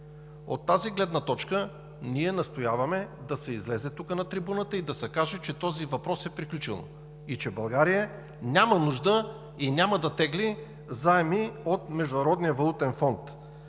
от тази гледна точка ние настояваме да се излезе тук на трибуната и да се каже, че този въпрос е приключил и че България няма нужда и няма да тегли заеми от Международния валутен фонд,